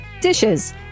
Dishes